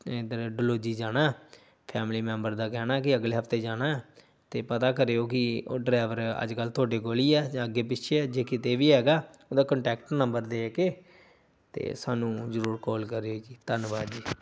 ਇੱਧਰ ਡਲਹੋਜੀ ਜਾਣਾ family member ਦਾ ਕਹਿਣਾ ਕਿ ਅਗਲੇ ਹਫਤੇ ਜਾਣਾ ਅਤੇ ਪਤਾ ਕਰਿਓ ਕਿ ਉਹ ਡਰਾਈਵਰ ਅੱਜ ਕੱਲ੍ਹ ਤੁਹਾਡੇ ਕੋਲ ਹੀ ਹੈ ਜਾਂ ਅੱਗੇ ਪਿੱਛੇ ਜੇ ਕਿਤੇ ਵੀ ਹੈਗਾ ਉਹਦਾ ਕੰਟੈਕਟ ਨੰਬਰ ਦੇ ਕੇ ਅਤੇ ਸਾਨੂੰ ਜ਼ਰੂਰ ਕੋਲ ਕਰੀਓ ਜੀ ਧੰਨਵਾਦ ਜੀ